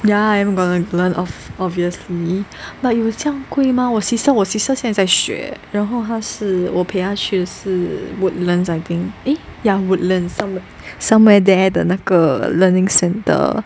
ya I am gonna learn of obviously but 有这样贵吗我 sister 我 sister 现在在学然后她是我陪她去是 Woodlands I think eh ya Woodlands somewhere somewhere there 的那个 learning center